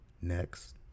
Next